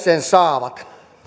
sen myös saavat